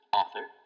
author